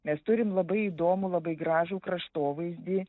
mes turim labai įdomų labai gražų kraštovaizdį